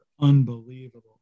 unbelievable